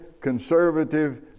conservative